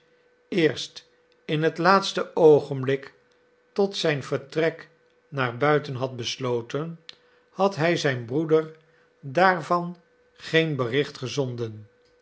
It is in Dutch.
eerst in het laatste oogenblik tot zijn vertrek naar buiten had besloten had hij zijn broeder daarvan geen bericht gezonden